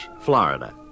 Florida